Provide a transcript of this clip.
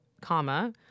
comma